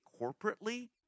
corporately